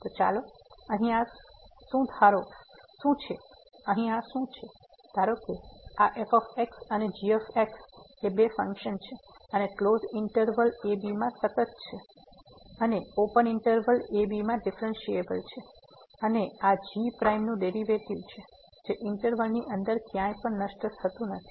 તો ચાલો અહીં આ શું છે ધારો કે આ f અને g બે ફંક્શન છે અને ક્લોઝ ઇન્ટરવલ ab માં સતત છે અને ઓપન ઇન્ટરવલab માં ડીફ્રેનસીએબલ છે અને આ g પ્રાઇમ g નું ડેરીવેટીવ છે જે ઇન્ટરવલ ની અંદર ક્યાંય પણ નષ્ટ થતું નથી